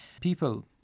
people